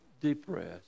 depressed